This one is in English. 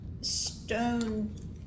stone